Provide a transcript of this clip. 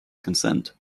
consent